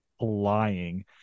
lying